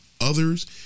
others